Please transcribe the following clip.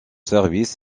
services